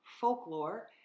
folklore